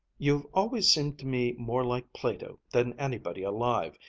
you've always seemed to me more like plato than anybody alive,